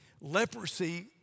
leprosy